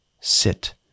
sit